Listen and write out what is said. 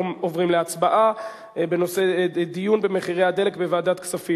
אנחנו עוברים להצבעה על דיון בנושא עליית מחירי הדלק בוועדת הכספים,